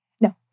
No